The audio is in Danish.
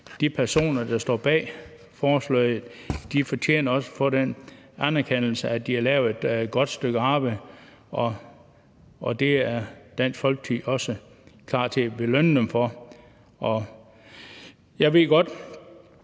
de personer, der står bag forslaget, fortjener også at få en anerkendelse af, at de har lavet et godt stykke arbejde. Det er Dansk Folkeparti også klar til at belønne dem for. Jeg ved godt,